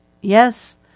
Yes